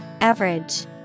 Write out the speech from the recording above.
average